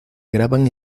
graban